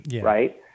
right